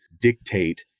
dictate